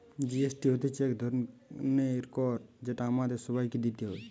GST হতিছে এক ধরণের কর যেটা আমাদের সবাইকে দিতে হয়